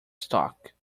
stock